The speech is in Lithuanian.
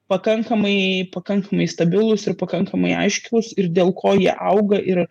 pakankamai pakankamai stabilūs ir pakankamai aiškūs ir dėl ko jie auga ir